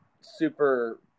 super –